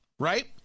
right